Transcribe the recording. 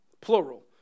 plural